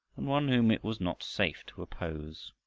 and one whom it was not safe to oppose.